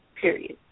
period